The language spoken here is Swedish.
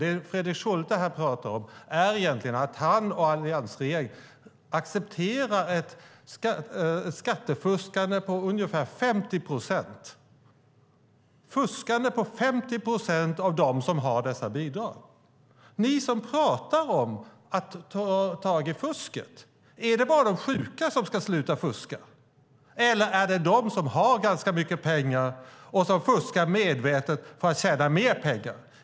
Det Fredrik Schulte pratar om är egentligen att han och alliansregeringen accepterar ett skattefuskande på ungefär 50 procent. Det är 50 procent av dem som har dessa bidrag. Ni som pratar om att ta tag i fusket - är det bara de sjuka som ska sluta fuska? Eller är det de som har ganska mycket pengar och som fuskar medvetet för att tjäna mer pengar?